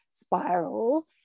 spiral